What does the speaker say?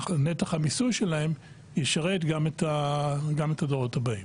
נתח המיסוי שלהם, ישרת גם את הדורות הבאים.